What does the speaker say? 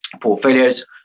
portfolios